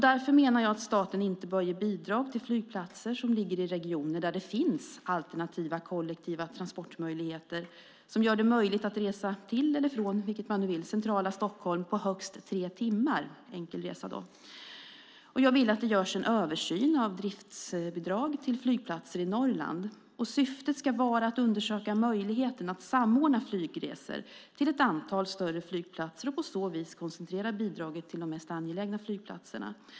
Därför menar jag att staten inte bör ge bidrag till flygplatser som ligger i regioner där det finns alternativa kollektiva transportmöjligheter som gör det möjligt att resa till eller från, vilket man nu vill, centrala Stockholm på högst tre timmar enkel resa. Jag vill att det görs en översyn av driftsbidrag till flygplatser i Norrland. Syftet ska vara att undersöka möjligheten att samordna flygresor till ett antal större flygplatser och på så vis koncentrera bidraget till de mest angelägna flygplatserna.